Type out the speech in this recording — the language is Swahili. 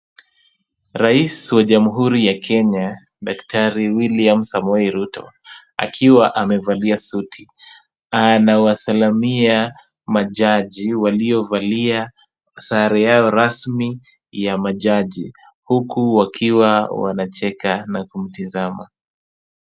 Rais wa jamhuri ya Kenya daktari William Samoei Ruto, akiwa amevalia suti, anawasalimia majaji waliovalia sare yao rasmi ya majaji, huku wakiwa wanacheka na kumtazama.